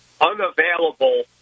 unavailable